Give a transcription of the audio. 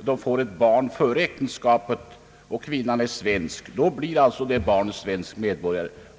blir ett barn före äktenskapet, och modern är svensk. Då blir barnet svensk medborgare.